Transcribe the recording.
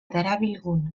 darabilgun